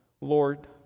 Lord